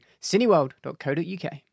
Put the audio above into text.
cineworld.co.uk